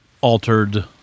altered